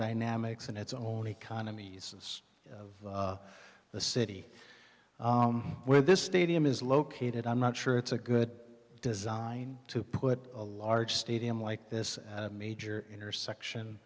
dynamics and its own economies of the city where this stadium is located i'm not sure it's a good design to put a large stadium like this at a major intersection